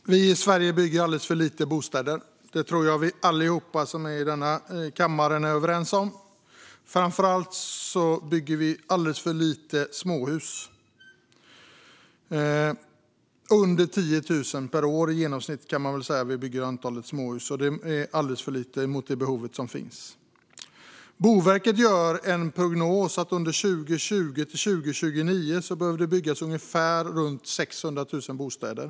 Fru talman! Vi i Sverige bygger alldeles för lite bostäder. Det tror jag att vi alla i denna kammare är överens om. Framför allt bygger vi alldeles för lite småhus. Vi bygger i genomsnitt under 10 000 småhus per år, och det är alldeles för lite i förhållande till det behov som finns. Boverket gör prognosen att det under 2020-2029 behöver byggas runt 600 000 bostäder.